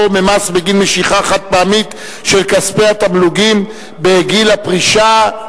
ממס בגין משיכה חד-פעמית של כספי התגמולים בגיל הפרישה),